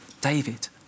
David